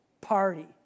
party